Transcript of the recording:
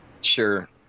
Sure